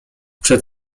przed